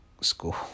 school